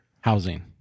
Housing